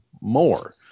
more